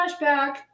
flashback